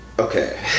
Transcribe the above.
okay